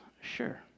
sure